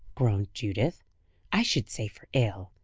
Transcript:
groaned judith i should say for ill.